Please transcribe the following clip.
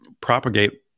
propagate